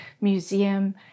museum